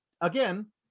again